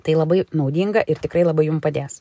tai labai naudinga ir tikrai labai jum padės